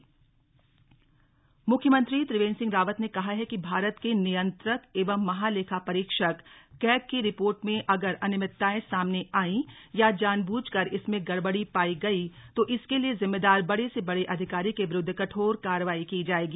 CAG CM मुख्यमंत्री त्रिवेन्द्र सिंह रावत ने कहा है भारत के नियंत्रक एवं महालेखापरीक्षक कैग की रिपोर्ट में अगर अनियमितताएं सामने आई या जानबूझकर इसमें गड़बड़ी पाई गयी तो इसके लिए जिम्मेदार बड़े से बड़े अधिकारी के विरूद्व कठोर कार्रवाई की जाएगी